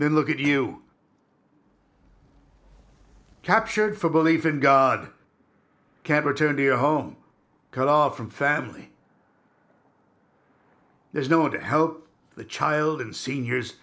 then look at you captured for belief in god can return to your home cut off from family there's no one to help the child in seniors